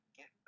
get